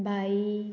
बाई